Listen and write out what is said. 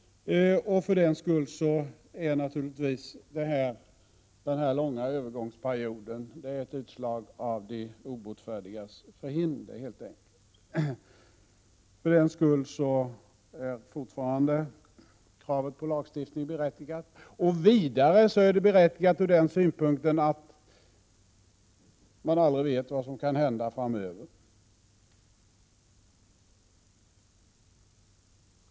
Därför är naturligtvis denna långa övergångsperiod ett utslag av de obotfärdigas förhinder, och för den skull är fortfarande kravet på lagstiftning berättigat. Detta krav är vidare berättigat ur den synpunkten att man aldrig vet vad som kan hända framöver.